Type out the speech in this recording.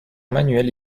manuelle